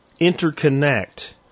interconnect